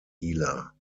healer